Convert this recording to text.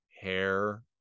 hair